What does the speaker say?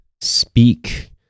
speak